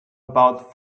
about